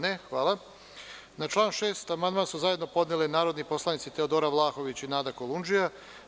Na član 6. amandman su zajedno podnele narodni poslanici Teodora Vlahović i Nada Kolundžija.